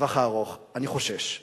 בטווח הארוך אני חושש שלא.